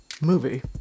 movie